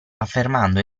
affermando